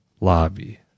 lobby